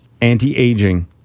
anti-aging